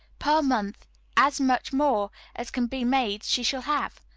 per month as much more as can be made she shall have.